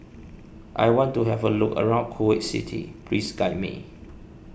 I want to have a look around Kuwait City please guide me